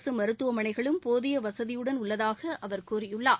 அரசு மருத்துவமனைகளும் போதிய வசதியுடன் உள்ளதாக அவர் கூறியுள்ளார்